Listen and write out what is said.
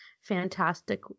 fantastic